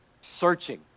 searching